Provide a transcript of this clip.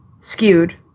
skewed